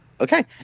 Okay